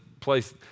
place